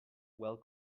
well